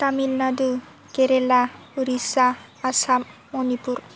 Tamil Nadu Kerala Orissa Assam Manipur